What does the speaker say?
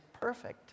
perfect